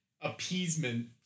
appeasement